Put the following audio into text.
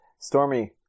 stormy